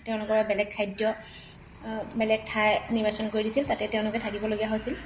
তেওঁলোকৰ বেলেগ খাদ্য বেলেগ ঠাই নিৰ্বাচন কৰি দিছিল তাতে তেওঁলোকে থাকিবলগীয়া হৈছিল